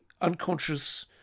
unconscious